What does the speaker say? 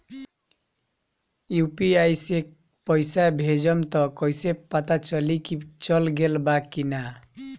UPI से पइसा भेजम त कइसे पता चलि की चल गेल बा की न?